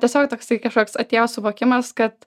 tiesiog toksai kažkoks atėjo suvokimas kad